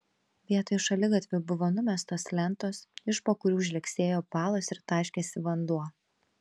vietoj šaligatvių buvo numestos lentos iš po kurių žlegsėjo balos ir taškėsi vanduo